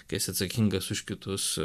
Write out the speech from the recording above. kai esi atsakingas už kitus